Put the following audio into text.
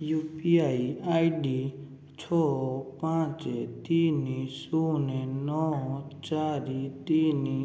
you P I I D ଛଅ ପାଞ୍ଚ ତିନି ଶୂନ ନଅ ଚାରି ତିନି